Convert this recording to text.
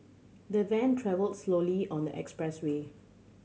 the van travelled slowly on the expressway